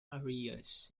areas